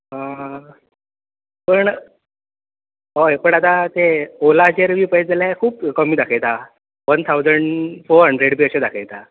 हय पूण हय पूण आतां ते ओलाचेर बी पळयत जाल्यार खूब कमी दाखयतात वन थावजण फो हंड्रेड बी अशे दाखयता